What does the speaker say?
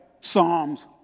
Psalms